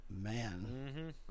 Man